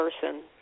person